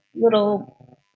little